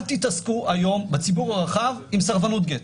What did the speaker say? אל תתעסקו בציבור הרחב עם סרבנות גט.